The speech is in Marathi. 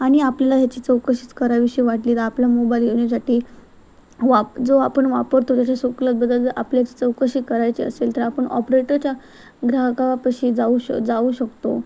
आणि आपल्याला ह्याची चौकशीच करावीशी वाटली तर आपल्या मोबाईल साठी वाप जो आपण वापरतो जशा सुखलत बदल जर आपल्याची चौकशी करायची असेल तर आपण ऑपरेटरच्या ग्राहकापाशी जाऊ श जाऊ शकतो